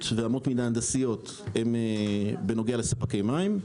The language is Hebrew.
ואמות מידה הנדסיות הן בנוגע לספקי מים,